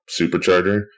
supercharger